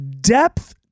depth